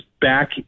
back